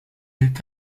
est